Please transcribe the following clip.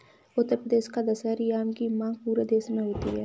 उत्तर प्रदेश का दशहरी आम की मांग पूरे देश में होती है